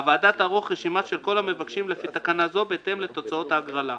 הוועדה תערוך רשימות של כל המבקשים לפי תקנה זו בהתאם לתוצאות ההגרלות."